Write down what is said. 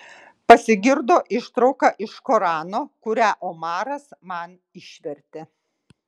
pasigirdo ištrauka iš korano kurią omaras man išvertė